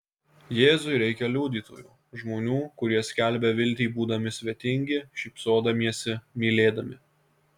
jėzui reikia liudytojų žmonių kurie skelbia viltį būdami svetingi šypsodamiesi mylėdami